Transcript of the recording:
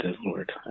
Lord